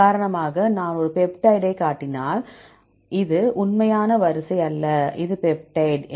உதாரணமாக நான் ஒரு பெப்டைட்டைக் காட்டினால் இது உண்மையான வரிசை அல்ல இது பெப்டைட்